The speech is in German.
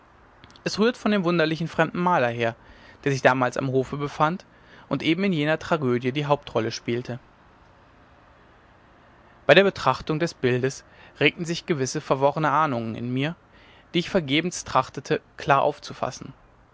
es rührt von dem wunderlichen fremden maler her der sich damals am hofe befand und eben in jener tragödie die hauptrolle spielte bei der betrachtung des bildes regten sich gewisse verworrene ahnungen in mir die ich vergebens trachtete klar aufzufassen